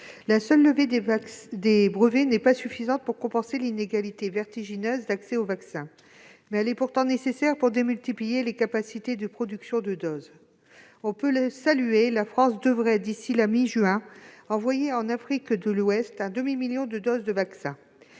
La seule levée des brevets n'est pas suffisante pour compenser les inégalités vertigineuses d'accès aux vaccins. Elle est toutefois nécessaire pour démultiplier les capacités de production de doses. On peut saluer le fait que la France envoie en Afrique de l'Ouest un demi-million de doses de vaccins